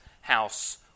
house